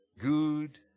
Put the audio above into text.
good